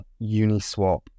Uniswap